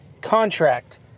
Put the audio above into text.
contract